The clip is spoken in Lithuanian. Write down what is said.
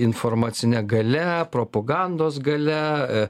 informacine galia propagandos galia